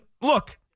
look